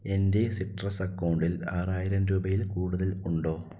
എൻ്റെ സിട്രസ് അക്കൗണ്ടിൽ ആറായിരം രൂപയിൽ കൂടുതൽ ഉണ്ടോ